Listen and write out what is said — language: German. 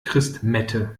christmette